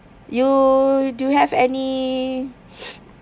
you do you have any